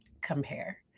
compare